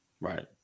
Right